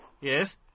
Yes